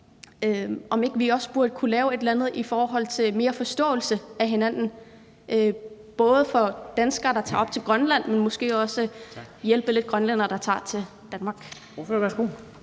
om ikke vi burde kunne lave et eller andet i forhold til mere forståelse af hinanden, både for danskere, der tager op til Grønland, men måske også lidt hjælpe grønlændere, der tager til Danmark.